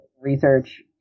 research